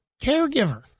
caregiver